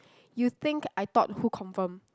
you think I thought who confirm